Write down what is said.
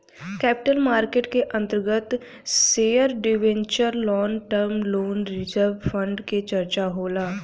capital market के अंतर्गत share debenture long term loan reserve fund के चर्चा होला